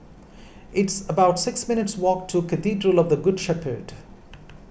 it's about six minutes' walk to Cathedral of the Good Shepherd